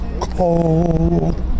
cold